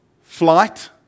flight